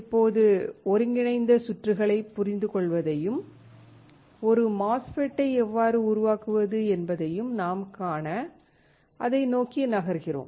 இப்போது ஒருங்கிணைந்த சுற்றுகளைப் புரிந்துகொள்வதையும் ஒரு MOSFETஐ எவ்வாறு உருவாக்குவது என்பதையும் நாம் காண அதை நோக்கி நகர்கிறோம்